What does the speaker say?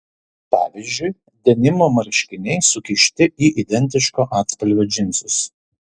pavyzdžiui denimo marškiniai sukišti į identiško atspalvio džinsus